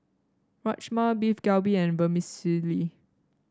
Rajma Beef Galbi and Vermicelli